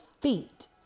feet